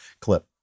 clip